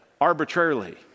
arbitrarily